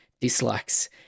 dislikes